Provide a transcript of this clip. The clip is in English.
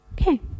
Okay